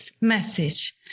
message